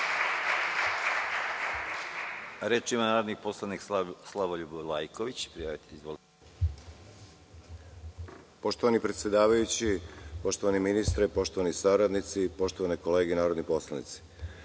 Reč ima narodni poslanik Slavoljub Vlajković. **Slavoljub Vlajković** Poštovani predsedavajući, poštovani ministre, poštovani saradnici, poštovane kolege narodni poslanici,